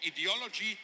ideology